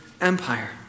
Empire